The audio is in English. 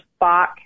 Spock